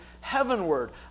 heavenward